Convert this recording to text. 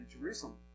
Jerusalem